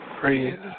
Breathe